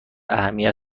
اهمیت